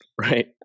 Right